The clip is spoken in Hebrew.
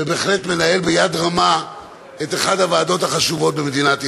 ובהחלט מנהל ביד רמה את אחת הוועדות החשובות במדינת ישראל.